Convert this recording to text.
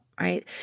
right